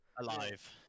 alive